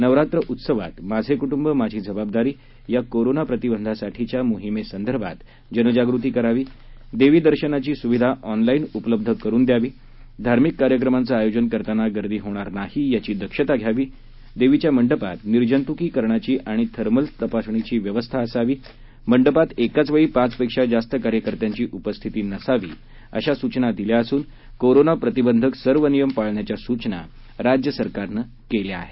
नवरात्र उत्सवात माझं कुटुंब माझी माझी जबाबदारी या कोरोना प्रतिबंधासाठीच्या मोहिमेसंदर्भात जनजागृती करावी देवी दर्शनाची सुविधा ऑनलाईन उपलब्ध करून द्यावी धार्मिक कार्यक्रमांचं आयोजन करताना गर्दी होणार नाही याची दक्षता घ्यावी देवीच्या मंडपात निर्जंतुकरणाची आणि थर्मल तपासणीची व्यवस्था असावी मंडपात कावेळी पाचपेक्षा जास्त कार्यकर्त्यांची उपस्थिती नसावी अशा सूचना दिल्या असून कोरोना प्रतिबंधक सर्व नियम पाळण्याच्या सूचना राज्य सरकारनं केल्या आहेत